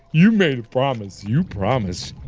you made a promise you promise